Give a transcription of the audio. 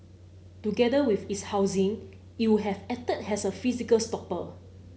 together with its housing it would have acted as a physical stopper